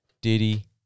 Diddy